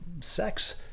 sex